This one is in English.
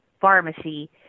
pharmacy